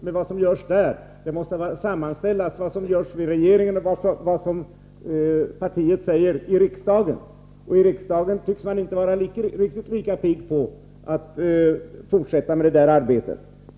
Vad regeringen gör och det som partiet säger i riksdagen måste sammanställas. I riksdagen tycks man inte vara lika pigg på att fortsätta med det här arbetet.